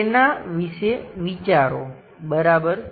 તેના વિશે વિચારો બરાબર